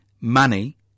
money